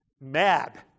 mad